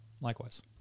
likewise